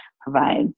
provides